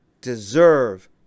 deserve